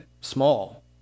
small